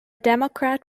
democrat